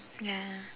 ya